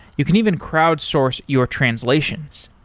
you can even crowd source your translations.